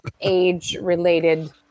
age-related